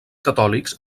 catòlics